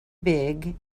big